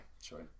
Sure